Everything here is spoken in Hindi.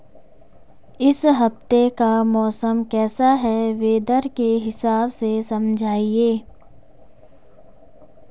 इस हफ्ते का मौसम कैसा है वेदर के हिसाब से समझाइए?